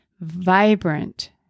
vibrant